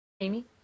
Amy